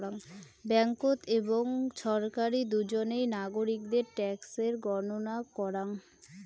ব্যাঙ্ককোত এবং ছরকারি দুজনেই নাগরিকদের ট্যাক্সের গণনা করাং